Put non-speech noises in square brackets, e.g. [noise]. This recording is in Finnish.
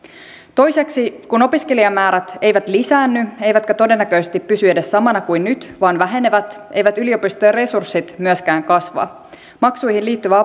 toiseksi kun opiskelijamäärät eivät lisäänny eivätkä todennäköisesti pysy edes samana kuin nyt vaan vähenevät eivät yliopistojen resurssit myöskään kasva maksuihin liittyvä [unintelligible]